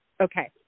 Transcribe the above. Okay